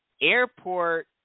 Airport